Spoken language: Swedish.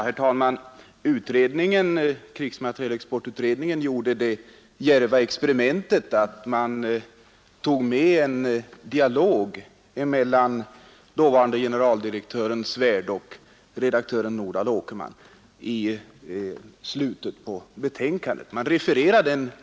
Herr talman! Krigsmaterielutredningen gjorde det djärva experimentet att ta med en dialog mellan dåvarande generaldirektören Gunnar Svärd och redaktören Nordal Åkerman i slutet av sitt betänkande.